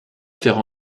faire